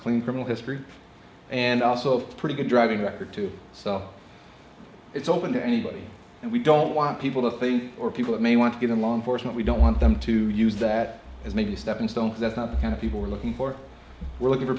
clean criminal history and also a pretty good driving record too so it's open to anybody and we don't want people to think or people that may want to get in law enforcement we don't want them to use that as maybe a stepping stone that's not the kind of people are looking for we're looking for